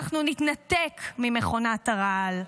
אנחנו נתנתק ממכונת הרעל,